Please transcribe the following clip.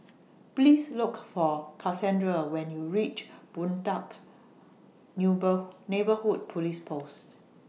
Please Look For Kassandra when YOU REACH Boon Teck New berg Neighbourhood Police Post